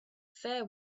fair